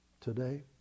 today